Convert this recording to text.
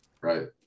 right